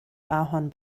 ahorn